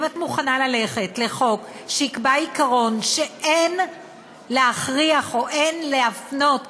ואם את מוכנה ללכת לחוק שיקבע עיקרון שאין להכריח או אין להפנות קטין,